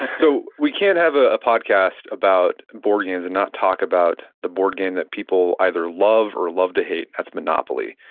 so we can't have a podcast about board games and not talk about the board game that people either love or love to hate. that's monopoly.